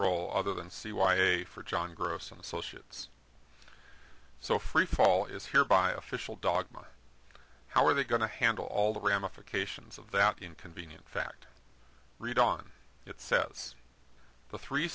role other than c y a for john gross and associates so free fall is hereby official dogma how are they going to handle all the ramifications of that inconvenient fact read on it says the three